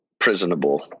prisonable